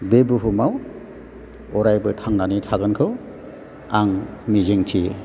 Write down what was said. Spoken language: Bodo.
बे बुहुमाव अरायबो थांनानै थागोनखौ आं मिजिं थियो